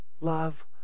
love